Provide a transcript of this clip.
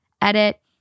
Edit